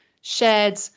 shared